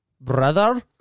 Brother